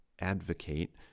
advocate